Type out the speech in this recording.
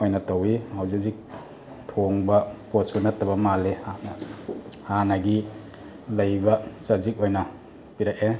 ꯑꯣꯏꯅ ꯇꯧꯏ ꯍꯧꯖꯤꯛ ꯍꯧꯖꯤꯛ ꯊꯣꯡꯕ ꯄꯣꯠꯁꯨ ꯅꯠꯇꯕ ꯃꯥꯜꯂꯦ ꯍꯥꯟꯅꯒꯤ ꯂꯩꯕ ꯆꯖꯤꯛ ꯑꯣꯏꯅ ꯄꯤꯔꯛꯑꯦ